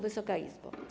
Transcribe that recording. Wysoka Izbo!